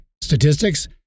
statistics